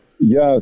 Yes